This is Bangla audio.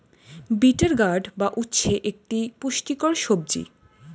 বিটার গার্ড বা উচ্ছে একটি পুষ্টিকর সবজি